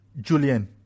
Julian